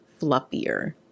fluffier